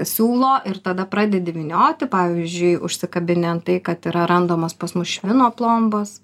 siūlo ir tada pradedi vynioti pavyzdžiui užsikabini ant tai kad yra randamos pas mus švino plombos